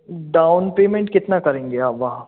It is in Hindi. डाउन पेमेंट कितना करेंगे आप वहाँ